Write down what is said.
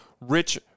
rich